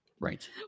Right